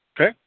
okay